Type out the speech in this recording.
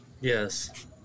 Yes